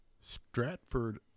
Stratford